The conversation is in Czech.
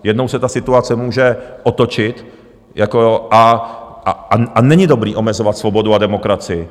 Jednou se ta situace může otočit a není dobré omezovat svobodu a demokracii.